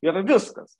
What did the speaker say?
jog viskas